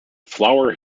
flower